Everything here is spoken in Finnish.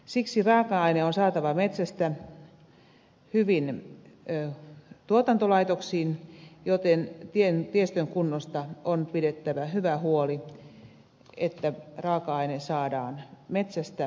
siksi raaka aine on saatava metsästä hyvin tuotantolaitoksiin joten tiestön kunnosta on pidettävä hyvä huoli